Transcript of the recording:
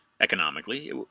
economically